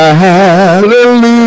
hallelujah